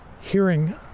hearing